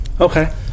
Okay